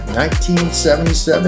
1977